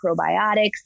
probiotics